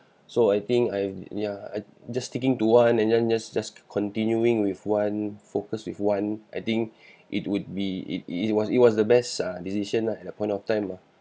so I think I've ya I just sticking to one and then just just just continuing with one focused with one I think it would be it it was it was ah the best decision lah at that point of time ah